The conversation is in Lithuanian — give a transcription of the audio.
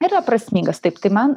yra prasmingas taip tai man